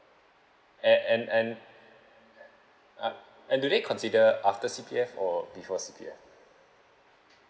and and and uh and do they consider after C_P_F or before C_P_F